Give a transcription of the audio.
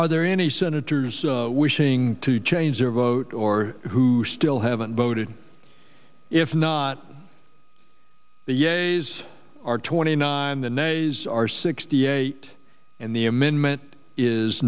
are there any senators wishing to change their vote or who still haven't voted if not the yankees are twenty nine the nays are sixty eight and the amendment is